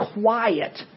quiet